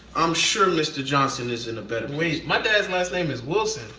i'm sure mr. johnson is in a better. wait, my dad's last name is wilson.